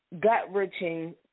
gut-wrenching